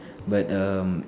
but um